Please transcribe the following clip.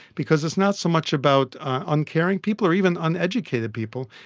because it's not so much about uncaring people or even uneducated people,